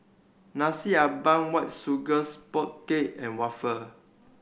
Nasi Ambeng White Sugar Sponge Cake and waffle